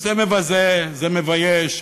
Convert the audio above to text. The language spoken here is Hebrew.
זה מבזה, זה מבייש.